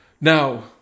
Now